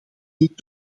niet